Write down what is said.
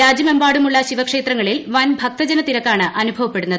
രാജ്യമെമ്പാടുമുള്ള ശിവക്ഷേത്രങ്ങളിൽ വൻ ഭക്തജനത്തിരക്കാണ് അനുഭവപ്പെടുന്നത്